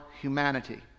humanity